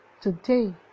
Today